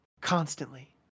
constantly